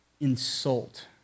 insult